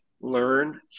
learn